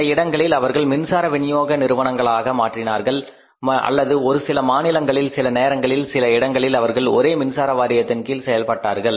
சில இடங்களில் அவர்கள் மின்சார விநியோக நிறுவனங்களாக மாற்றினார்கள் அல்லது ஒருசில மாநிலங்களில் சில நேரங்களில் சில இடங்களில் அவர்கள் ஒரே மின்சார வாரியத்தின் கீழ் செயல்பட்டார்கள்